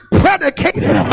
predicated